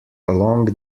along